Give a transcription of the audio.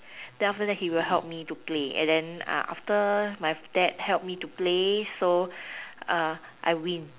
then after that he will help me to play and then after my dad help me to play so I win